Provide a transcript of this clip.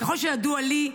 ככל שידוע לי,